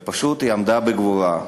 והיא פשוט עמדה בגבורה.